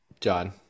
John